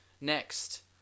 Next